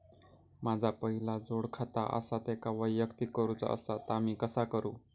माझा पहिला जोडखाता आसा त्याका वैयक्तिक करूचा असा ता मी कसा करू?